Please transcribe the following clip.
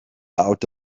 out